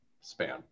span